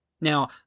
Now